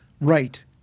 Right